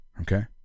Okay